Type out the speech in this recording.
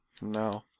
No